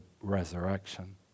resurrection